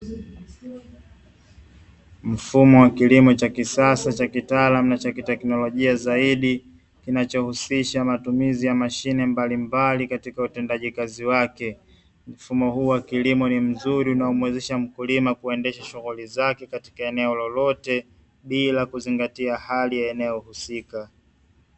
Mfumo wa kilimo cha kisasa cha kitaalamu na cha kiteknolojia zaidi kinachohusisha matumizi ya mashine mbalimbali katika utendaji kazi wake. Mfumo huu wa kilimo ni mzuri unaomuwezesha mkulima kuendesha shughuli zake katika eneo lolote bila kuzingatia hali ya eneo husika.